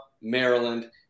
Maryland